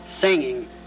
singing